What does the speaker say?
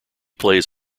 plays